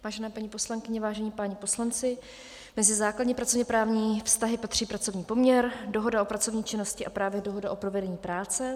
Vážené paní poslankyně, vážení páni poslanci, mezi základní pracovněprávní vztahy patří pracovní poměr, dohoda o pracovní činnosti a právě dohoda o provedení práce.